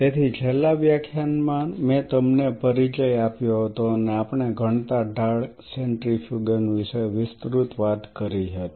તેથી છેલ્લા વ્યાખ્યાનમાં મેં તમને પરિચય આપ્યો હતો અને આપણે ઘનતા ઢાળ સેન્ટ્રીફુગેશન વિશે વિસ્તૃત વાત કરી હતી